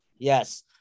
Yes